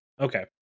Okay